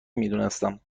میدونستم